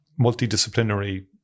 multidisciplinary